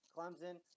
Clemson